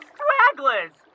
Stragglers